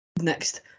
Next